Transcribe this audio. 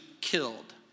killed